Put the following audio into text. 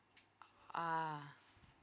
ah